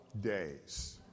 days